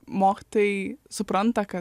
mokytojai supranta kad